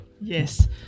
Yes